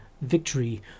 victory